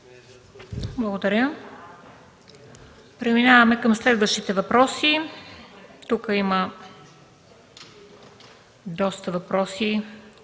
Благодаря. Преминаваме към следващите въпроси. Тук има доста въпроси,